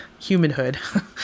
humanhood